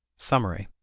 summary.